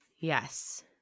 Yes